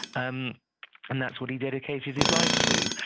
um and that's what he dedicated his life to.